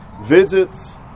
visits